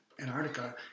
Antarctica